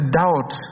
doubt